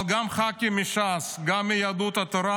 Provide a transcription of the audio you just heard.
אבל גם ח"כים מש"ס, גם מיהדות התורה